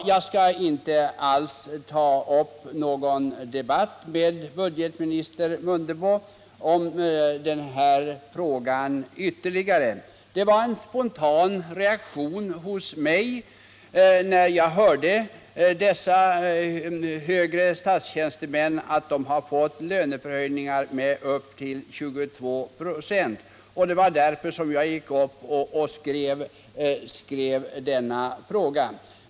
Jag skall inte alls ta upp någon ytterligare debatt med budgetminister Mundebo i den här frågan; det blev bara en spontan reaktion hos mig när jag hörde att dessa högre statstjänstemän skulle få löneförhöjningar med upp till 22 96, och det var därför som jag skrev min fråga.